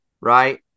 Right